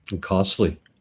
costly